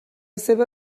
seva